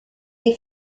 les